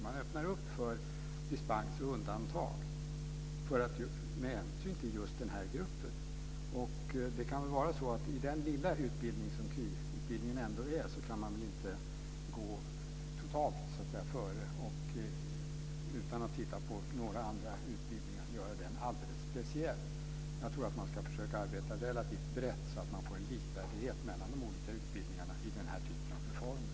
Man öppnar för dispens och undantag med hänsyn till just den här gruppen. I den lilla utbildning som KY ändå är kan man inte gå totalt före utan att titta på några andra utbildningar och göra den alldeles speciell. Jag tror att man ska försöka att arbeta relativt brett så att man får en likvärdighet mellan de olika utbildningarna i den här typen av reformer.